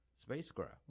Spacecraft